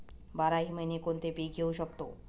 बाराही महिने कोणते पीक घेवू शकतो?